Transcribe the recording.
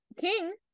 King